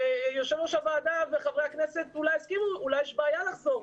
יושב ראש הוועדה וחברי הכנסת, אולי יש בעיה לחזור.